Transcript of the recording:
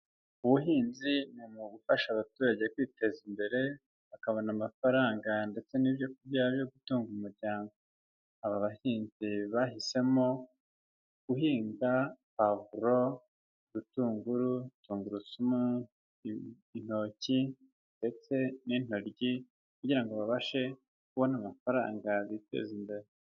Ubuhinzi ni umwuga ugufasha abaturage kwiteza imbere bakabona amafaranga ndetse n'ibyokurya byo gutunga umuryango. Aba bahinzi bahisemo guhinga pavuro, ibitunguru, tungurusumu, intoki ndetse n'intoryi kugira ngo babashe kubona amafaranga biteza imbere.